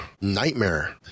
nightmare